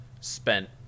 spent